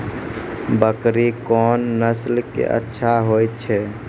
बकरी कोन नस्ल के अच्छा होय छै?